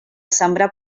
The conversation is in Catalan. sembrar